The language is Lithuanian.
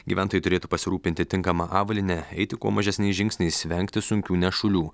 gyventojai turėtų pasirūpinti tinkama avalyne eiti kuo mažesniais žingsniais vengti sunkių nešulių